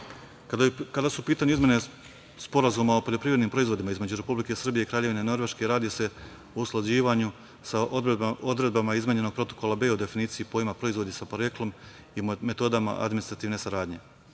su u pitanju izmene Sporazuma o poljoprivrednim proizvodima između Republike Srbije i Kraljevine Norveške, radi se o usklađivanju sa odredbama izmenjenog Protokola B o definiciji pojma „proizvodi sa poreklom i metodama administrativne